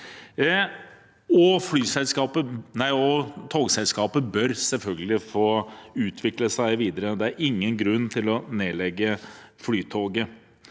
Togselskapet bør selvfølgelig få utvikle seg videre. Det er ingen grunn til å nedlegge Flytoget